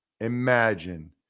imagine